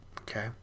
Okay